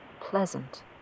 pleasant